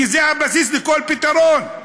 כי זה הבסיס לכל פתרון.